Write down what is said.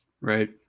Right